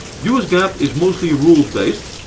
us gaap is mostly rules-based,